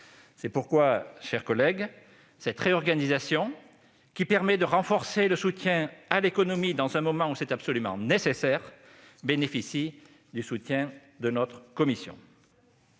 C'est pourquoi, mes chers collègues, cette réorganisation, qui permet de renforcer le soutien de l'économie dans un moment où ce soutien est absolument nécessaire, bénéficie de l'appui de notre commission.